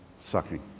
sucking